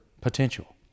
potential